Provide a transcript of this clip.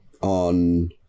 on